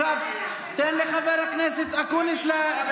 עכשיו תן לחבר הכנסת אקוניס להתחיל.